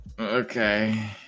Okay